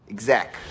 Exact